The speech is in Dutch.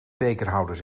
bekerhouders